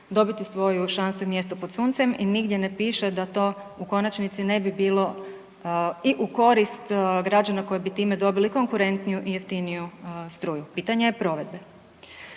dobiti svoju šansu i mjesto pod suncem i nigdje ne piše da to u konačnici ne bi bilo i u korist građana koji bi time dobili konkurentniju i jeftiniju struju. Pitanje je provedbe.